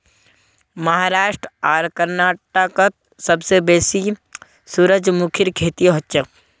महाराष्ट्र आर कर्नाटकत सबसे बेसी सूरजमुखीर खेती हछेक